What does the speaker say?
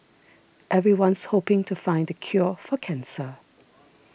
everyone's hoping to find the cure for cancer